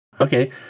Okay